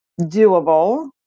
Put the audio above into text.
doable